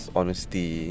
honesty